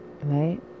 right